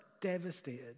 devastated